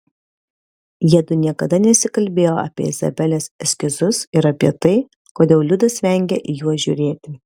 jiedu niekada nesikalbėjo apie izabelės eskizus ir apie tai kodėl liudas vengia į juos žiūrėti